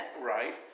right